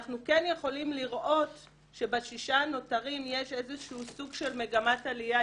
אנחנו כן יכולים לראות שבשישה הנותרים יש איזשהו סוג של מגמת עליה.